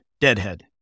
deadhead